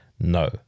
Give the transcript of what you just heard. no